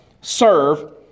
serve